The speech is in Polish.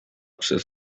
przez